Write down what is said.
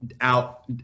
out